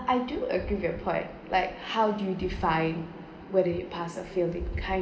I do agree your point like how do you define whether you passed or failed that kind~